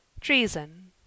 treason